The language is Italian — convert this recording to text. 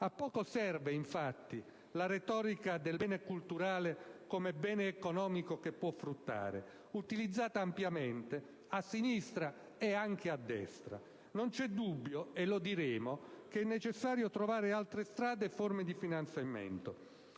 A poco serve, infatti, la retorica del bene culturale come bene economico che può fruttare, utilizzata ampiamente a sinistra e anche a destra. Non c'è dubbio - come diremo - che è necessario trovare altre strade e forme di finanziamento,